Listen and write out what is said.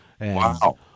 Wow